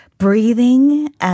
Breathing